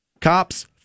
cops